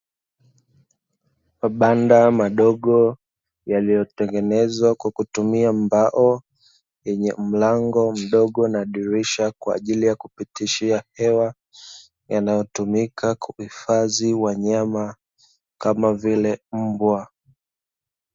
Mabanda madogo yaliyotengenezwa kwa kutumia mbao yenye mlango mdogo na dirisha kwa ajili ya kupitishia hewa, yanayotumika kuhifadhi wanyama kama vile mbwa.